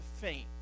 faint